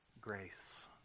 grace